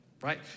right